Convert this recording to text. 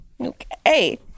okay